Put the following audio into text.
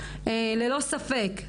ללא ספק,